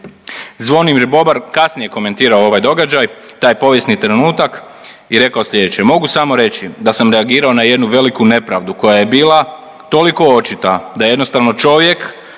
Zvonimir Boban kasnije je komentirao ovaj događaj, taj povijesni trenutak i rekao slijedeće, mogu samo reći da sam reagirao na jednu veliku nepravdu koja je bila toliko očita da jednostavno čovjek